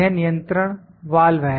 यह नियंत्रण वाल्व है